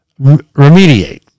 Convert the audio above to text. remediate